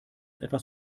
etwas